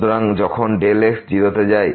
সুতরাং যখন x যায় 0 তে